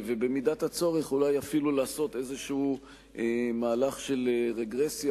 ובמידת הצורך אולי אפילו לעשות איזה מהלך של רגרסיה